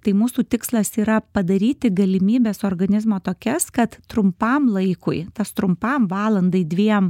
tai mūsų tikslas yra padaryti galimybes organizmo tokias kad trumpam laikui tas trumpam valandai dviem